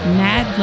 mad